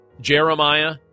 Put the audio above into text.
Jeremiah